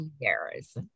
years